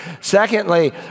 secondly